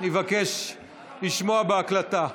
אני אבקש לשמוע בהקלטה.